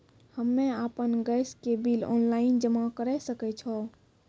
हम्मे आपन गैस के बिल ऑनलाइन जमा करै सकै छौ?